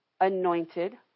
anointed